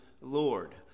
Lord